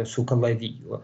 su kalaviju